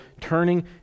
turning